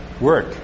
work